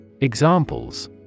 Examples